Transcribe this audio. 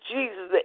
Jesus